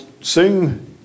sing